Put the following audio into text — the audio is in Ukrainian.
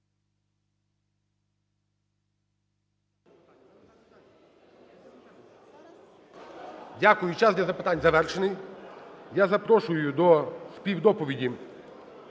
Дякую. Час для запитань завершений. Я запрошую до співдоповіді